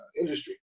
industry